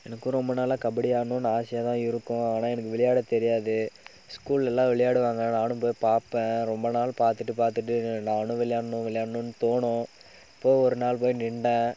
எனக்கும் ரொம்ப நாளாக கபடி ஆடணும்னு ஆசையாக தான் இருக்கும் ஆனால் எனக்கு விளையாட தெரியாது ஸ்கூல்லலாம் விளையாடுவாங்க நானும் போய் பார்ப்பேன் ரொம்ப நாள் பார்த்துட்டு பார்த்துட்டு நானும் விளையாடணும் விளையாடணும்னு தோணும் அப்போது ஒருநாள் போய் நின்றேன்